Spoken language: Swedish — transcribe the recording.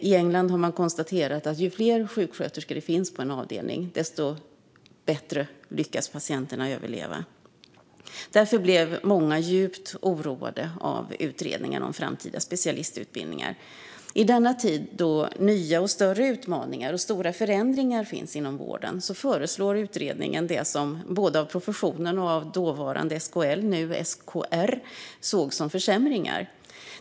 I England har man konstaterat att ju fler sjuksköterskor det finns på en avdelning, desto bättre lyckas patienterna överleva. Därför blev många djupt oroade av utredningen om framtidens specialistutbildningar. I denna tid då nya och större utmaningar och stora förändringar finns inom vården föreslår utredningen det som både av professionen och av dåvarande SKL, nuvarande SKR, sågs som försämringar.